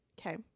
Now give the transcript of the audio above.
Okay